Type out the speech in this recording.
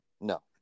No